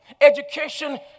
Education